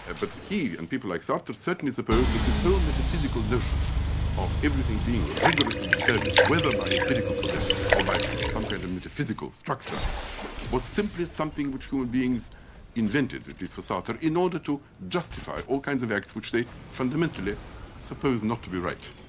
ah but he, and people like satre sort of certainly suppose that this whole metaphysical notion of everything being rigorously determined, whether by empirical causality or by some kind of metaphysical structure was simply something which human beings invented, at least for satre, in order to justify all kinds of act which they fundamentally suppose not to be right.